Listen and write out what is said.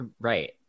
right